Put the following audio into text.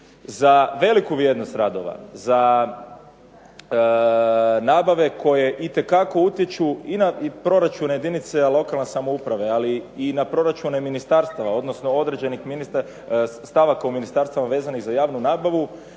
Za veliku vrijednost radova, za nabave koje itekako utječu i na proračun jedinice lokalne samouprave, ali i na proračune ministarstava, odnosno određenih, stavaka u ministarstava vezanih za javnu nabavu,